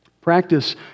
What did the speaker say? Practice